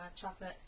chocolate